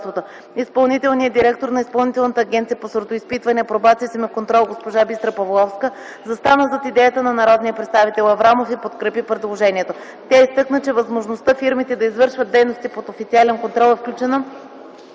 Изпълнителният директор на Изпълнителната агенция по сортоизпитване, апробация и семеконтрол госпожа Бистра Павловска застана зад идеята на народния представител Димитър Аврамов и подкрепи предложението. Тя изтъкна, че възможността фирмите да извършват дейности под официален контрол е включена